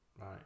Right